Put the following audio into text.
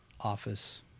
office